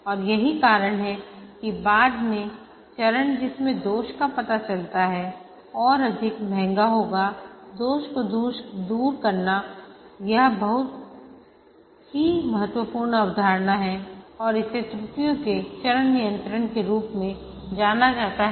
और यही कारण है कि बाद में चरण जिसमें दोष का पता चला है और अधिक महंगा होगा दोष को दूर करना यह एक बहुत ही महत्वपूर्ण अवधारणा है और इसे त्रुटियों के चरण नियंत्रण के रूप में जाना जाता हैं